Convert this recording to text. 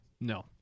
No